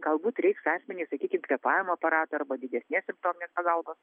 galbūt reiks asmenys sakykim kvėpavimo aparato arba didesnės simptominės pagalbos